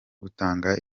gutanga